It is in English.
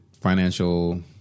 financial